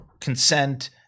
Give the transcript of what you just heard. consent